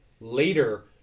later